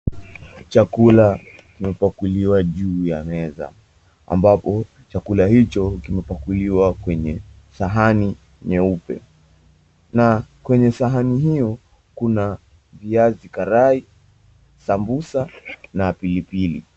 Chakula kimepakuliwa juu ya meza ambapo chakula hicho kimepakuliwa kwenye sahani nyeupe na kwenye sahani hiyo kuna viazi karai, sambusa na pilipili.